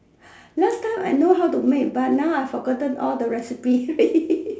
last time I know how to make but now I forgotten all the recipe already